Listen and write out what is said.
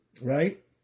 right